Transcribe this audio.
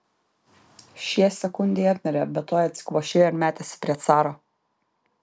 šie sekundei apmirė bet tuoj atsikvošėjo ir metėsi prie caro